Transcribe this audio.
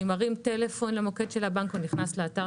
אני מרים טלפון למוקד של הבנק או נכנס לאתר